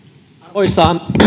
arvoisa